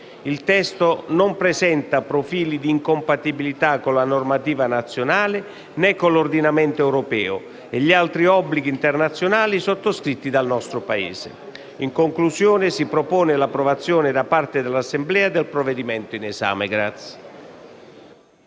Il testo non presenta profili d'incompatibilità con la normativa nazionale né con l'ordinamento europeo e gli altri obblighi internazionali sottoscritti dal nostro Paese. In conclusione, si propone l'approvazione da parte dell'Assemblea del provvedimento in esame.